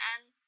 and-